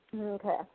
Okay